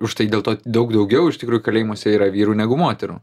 už tai dėl to daug daugiau iš tikrųjų kalėjimuose yra vyrų negu moterų